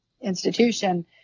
institution